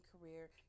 career